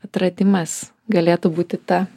atradimas galėtų būti ta